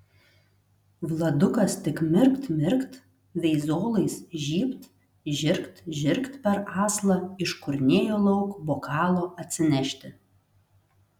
vladukas tik mirkt mirkt veizolais žybt žirgt žirgt per aslą iškurnėjo lauk bokalo atsinešti